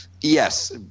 Yes